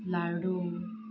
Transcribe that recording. लाडू